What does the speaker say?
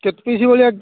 କେତେ ପିସ୍ ଭଳିଆ